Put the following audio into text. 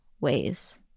ways